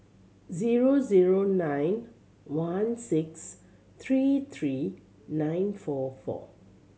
zero zero nine one six three three nine four four